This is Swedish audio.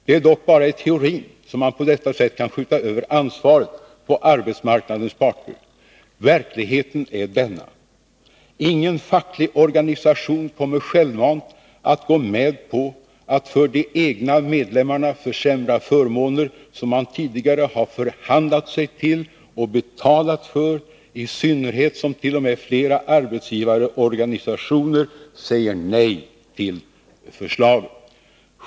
Det är dock bara i teorin som man på detta sätt kan skjuta över ansvaret på arbetsmarknadens parter. Verkligheten är denna: Ingen facklig organisation kommer självmant att gå med på att för de egna medlemmarna försämra förmåner som man tidigare har förhandlat sig till och betalat för, i synnerhet som t.o.m. flera arbetsgivarorganisationer säger nej till förslaget.